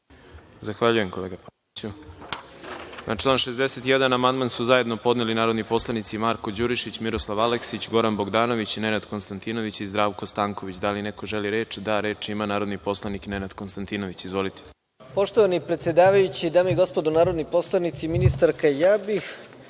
Zahvaljujem, kolega Pavloviću. Na član 61. amandman su zajedno podneli narodni poslanici Marko Đurišić, Miroslav Aleksić, Goran Bogdanović, Nenad Konstantinović i Zdravko Stanković. Da li neko želi reč? (Da.)Reč ima narodni poslanik Nenad Konstantinović. Izvolite. **Nenad Konstantinović** Poštovani predsedavajući, dame i gospodo narodni poslanici, ministarka, ja bih